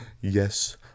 Yes